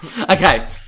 okay